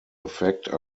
effect